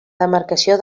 demarcació